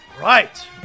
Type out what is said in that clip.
right